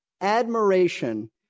admiration